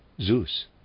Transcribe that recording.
Zeus